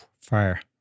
fire